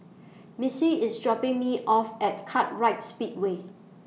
Missy IS dropping Me off At Kartright Speedway